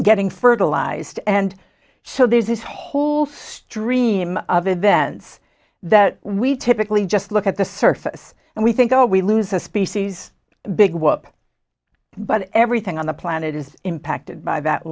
getting fertilized and so there's this whole stream of events that we typically just look at the surface and we think oh we lose a species big whoop but everything on the planet is impacted by that